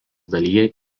dalyje